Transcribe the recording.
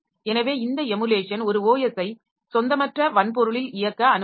எனவே இந்த எமுலேஷன் ஒரு OS ஐ சொந்தமற்ற வன்பொருளில் இயக்க அனுமதிக்கும்